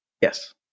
yes